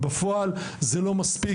בפועל זה לא מספיק,